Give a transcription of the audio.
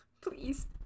please